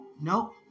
Nope